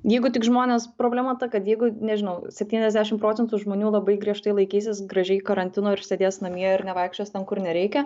jeigu tik žmonės problema ta kad jeigu nežinau septyniasdešim procentų žmonių labai griežtai laikysis gražiai karantino ir sėdės namie ir nevaikščios ten kur nereikia